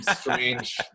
strange